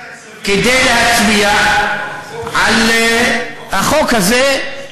כדי להצביע על החוק הזה,